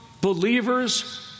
believers